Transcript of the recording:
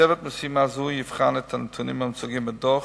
צוות משימה זה יבחן את הנתונים המוצגים בדוח,